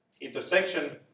Intersection